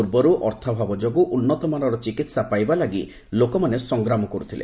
ପୂର୍ବରୁ ଅର୍ଥାଭାବ ଯୋଗୁଁ ଉନ୍ନତମାନର ଚିକିତ୍ସା ପାଇବା ଲାଗି ଲୋକମାନେ ସଂଗ୍ରାମ କରୁଥିଲେ